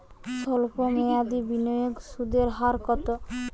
সল্প মেয়াদি বিনিয়োগে সুদের হার কত?